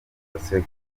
zose